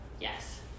yes